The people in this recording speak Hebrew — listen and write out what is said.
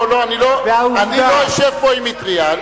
אני לא אשב פה עם מטרייה.